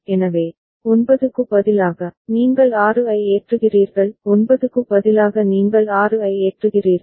எனவே 9 க்கு பதிலாக நீங்கள் 6 ஐ ஏற்றுகிறீர்கள் 9 க்கு பதிலாக நீங்கள் 6 ஐ ஏற்றுகிறீர்கள்